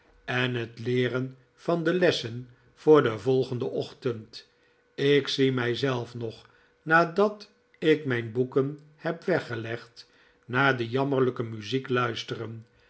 en het leeren van de lessen voor den volgenden ochtend ik zie mij zelf nog nadat ik mijn boeken heb weggelegd naar die jammerlijke muziek luisteren